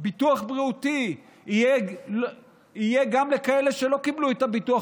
ביטוח בריאות יהיה גם לכאלה שלא קיבלו את הביטוח